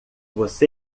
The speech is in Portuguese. você